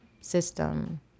system